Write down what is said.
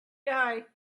guy